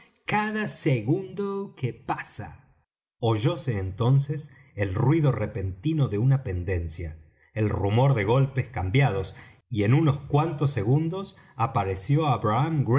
cada segundo que pasa oyóse entonces el ruido repentino de una pendencia el rumor de golpes cambiados y en unos cuantos segundos apareció abraham